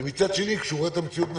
ומצד שני, כשהוא רואה את המציאות נכוחה,